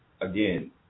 again